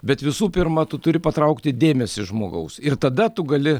bet visų pirma tu turi patraukti dėmesį žmogaus ir tada tu gali